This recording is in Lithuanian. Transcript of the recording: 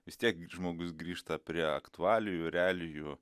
vis tiek žmogus grįžta prie aktualijų realijų